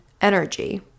energy